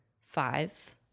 Five